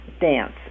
dance